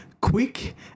quick